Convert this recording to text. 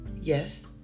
Yes